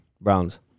Browns